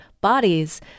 bodies